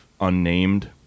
unnamed